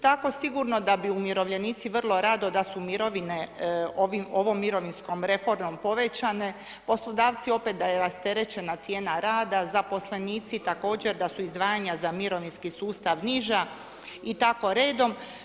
Tako sigurno da bi umirovljenici vrlo rado da su mirovine ovom mirovinskom reformom povećane, poslodavci opet da je rasterećena cijena rada, zaposlenici također da su izdvajanja za mirovinski sustav niža i tako redom.